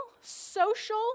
social